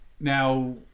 now